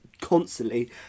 constantly